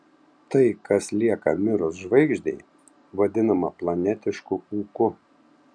tai kas lieka mirus žvaigždei vadinama planetišku ūku